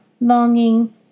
longing